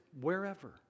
wherever